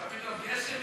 המשותפת,